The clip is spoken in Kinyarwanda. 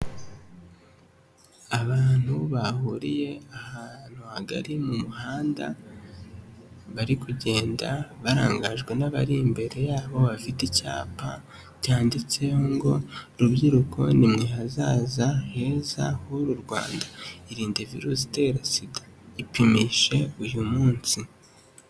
Abantu bahuriye ahantu hagari mu muhanda bari kugenda barangajwe n'abari imbere yabo bafite icyapa cyanditseho ngo urubyiruko nimwe hazaza heza hur'Urwanda. Irinde virusi itera sida ipimishe uyu munsi.